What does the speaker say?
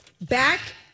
Back